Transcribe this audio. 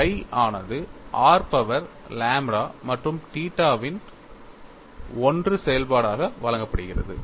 எனவே phi ஆனது r power lambda மற்றும் தீட்டாவின் 1 செயல்பாடாக வழங்கப்படுகிறது